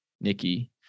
Nikki